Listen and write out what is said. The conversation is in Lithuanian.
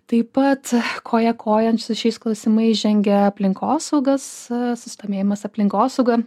taip pat koja kojon su šiais klausimais žengia aplinkosaugos susidomėjimas aplinkosauga